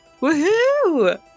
Woohoo